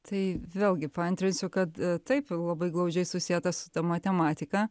tai vėlgi paantrinsiu kad taip labai glaudžiai susieta su ta matematika